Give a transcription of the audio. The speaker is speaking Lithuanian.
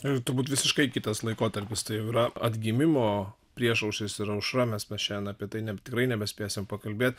ir turbūt visiškai kitas laikotarpis tai yra atgimimo priešaušris ir aušra mes na šiandien apie tai ne tikrai nebespėsim pakalbėt